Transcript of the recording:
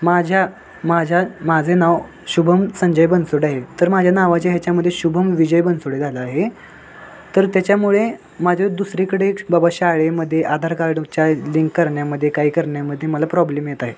माझ्या माझ्या माझे नाव शुभम संजय बनसोडे आहे तर माझ्या नावाच्या ह्याच्यामध्ये शुभम विजय बनसोडे झालं आहे तर त्याच्यामुळे माझे दुसरीकडे बाबा शाळेमध्ये आधार कार्डच्या लिंक करण्यामध्ये काही करण्यामध्ये मला प्रॉब्लेम येत आहे